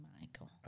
Michael